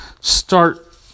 start